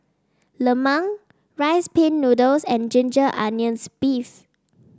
lemang Rice Pin Noodles and Ginger Onions beef